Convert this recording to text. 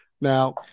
Now